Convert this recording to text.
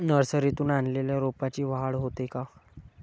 नर्सरीतून आणलेल्या रोपाची वाढ होते का?